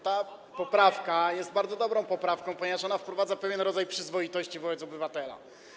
Ta poprawka jest bardzo dobrą poprawką, ponieważ ona wprowadza pewien rodzaj przyzwoitości wobec obywatela.